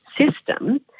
system